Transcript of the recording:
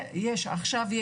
יש עכשיו,